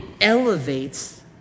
elevates